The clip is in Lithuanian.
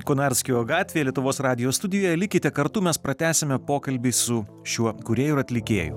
konarskio gatvėje lietuvos radijo studijoje likite kartu mes pratęsime pokalbį su šiuo kūrėju ir atlikėju